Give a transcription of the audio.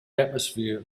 atmosphere